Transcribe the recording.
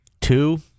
Two